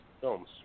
films